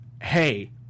hey